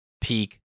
peak